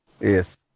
Yes